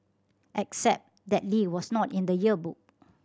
except that Lee was not in the yearbook